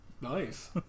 Nice